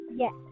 Yes